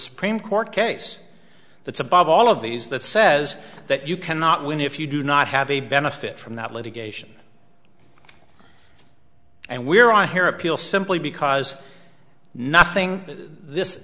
supreme court case that's above all of these that says that you cannot win if you do not have a benefit from that litigation and we are on here appeal simply because nothing this